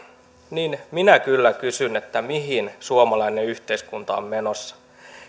niin minä kyllä kysyn mihin suomalainen yhteiskunta on menossa